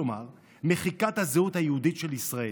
כלומר מחיקת הזהות היהודית של ישראל,